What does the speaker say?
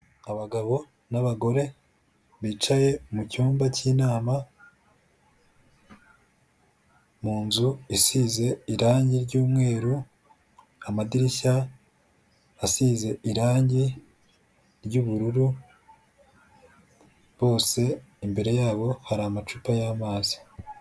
Abagabo n'abagore bicaye mu cyumba cy'inama, mu nzu isize irange ry'umweru, amadirishya asize irange ry'ubururu, bose imbere yabo hari amacupa y'amazi.